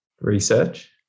research